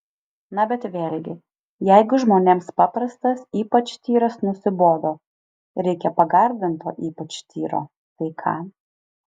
na bet vėlgi jeigu žmonėms paprastas ypač tyras nusibodo reikia pagardinto ypač tyro tai ką